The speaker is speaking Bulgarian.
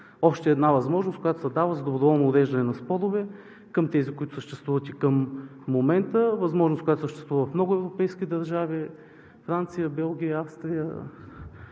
още една възможност, която се дава за доброволно уреждане на спорове към тези, които съществуват и към момента. Възможност, която съществува в много европейски държави – Франция, Белгия, Австрия,